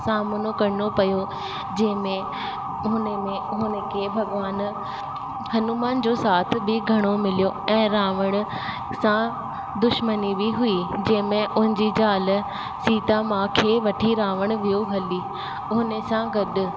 सामिनो करिणो पियो जंहिंमें हुन में हुन खे भॻवानु हनुमान जो साथ बि घणो मिलियो ऐं रावण सां दुश्मनी बि हुई जंहिंमें उन जी ज़ाल सीता माउ खे वठी रावण वियो हली हुने सां गॾु